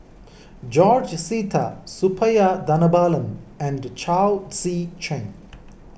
George Sita Suppiah Dhanabalan and Chao Tzee Cheng